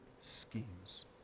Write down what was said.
schemes